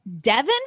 Devin